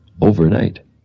overnight